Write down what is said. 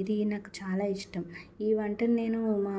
ఇది నాకు చాలా ఇష్టం ఈ వంటని నేను మా